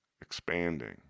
expanding